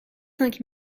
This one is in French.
cinq